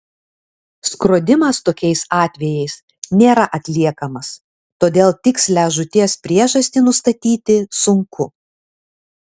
skrodimas tokiais atvejais nėra atliekamas todėl tikslią žūties priežastį nustatyti sunku